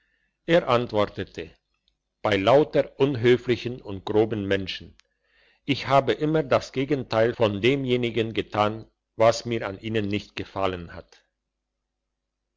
er antwortete bei lauter unhöflichen und groben menschen ich habe immer das gegenteil von demjenigen getan was mir an ihnen nicht gefallen hat